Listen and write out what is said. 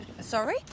Sorry